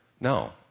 No